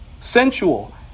Sensual